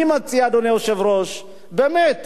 אני מציע, אדוני היושב-ראש, באמת,